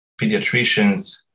pediatricians